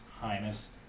highness